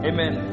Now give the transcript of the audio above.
Amen